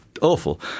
awful